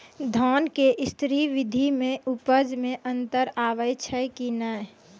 धान के स्री विधि मे उपज मे अन्तर आबै छै कि नैय?